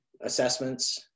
assessments